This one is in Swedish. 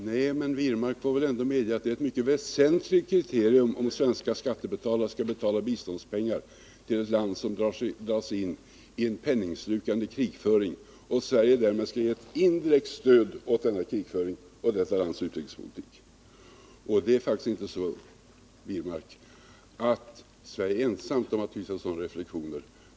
Nej, men David Wirmark måste väl ändå medge att det är ett mycket väsentligt kriterium, om svenska skattebetalare skall betala biståndspengar till ett land, som dragits in i en penningslukande krigföring, och Sverige därmed ger indirekt stöd åt denna krigföring och detta lands utrikespolitik. Sverige har inte ensamt gjort sådana reflexioner.